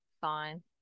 fine